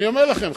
אני אומר לכם,